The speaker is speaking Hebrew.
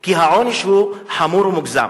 כי העונש הוא חמור ומוגזם.